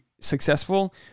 successful